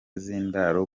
z’indaro